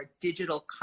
digital